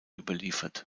überliefert